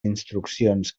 instruccions